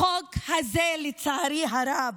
בחוק הזה, לצערי הרב,